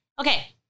Okay